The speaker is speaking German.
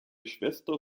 schwester